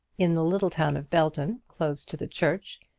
in the little town of belton, close to the church,